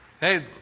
Hey